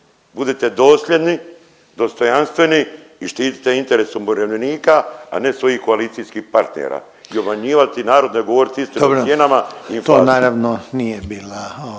Budite dosljedni, dostojanstveni i štitite interese umirovljenika, a ne svojih koalicijskih partnera i obmanjivati narod, ne govorit istinu nije nama …/Govornici